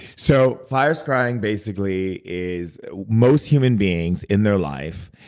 so fire scrying, basically, is. most human beings, in their life,